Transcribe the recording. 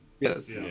Yes